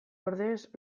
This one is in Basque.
ordez